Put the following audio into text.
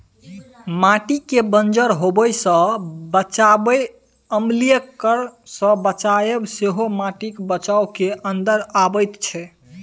माटिकेँ बंजर होएब सँ बचाएब, अम्लीकरण सँ बचाएब सेहो माटिक बचाउ केर अंदर अबैत छै